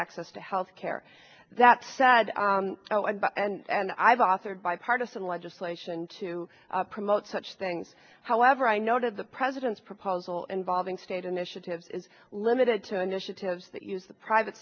access to health care that said and i've authored bipartisan legislation to promote such things however i noted the president's proposal involving state initiatives is limited to initiatives that use the private